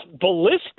ballistic